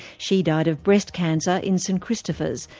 she died of breast cancer in st christopher's,